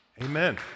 Amen